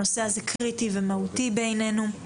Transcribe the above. הנושא הזה קריטי ומהותי בעינינו.